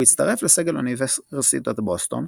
הוא הצטרף לסגל אוניברסיטת בוסטון,